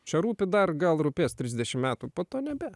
čia rūpi dar gal rūpės trisdešim metų po to nebe